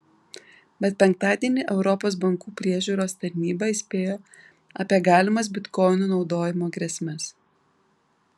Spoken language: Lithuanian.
bet penktadienį europos bankų priežiūros tarnyba įspėjo apie galimas bitkoinų naudojimo grėsmes